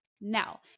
Now